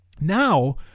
Now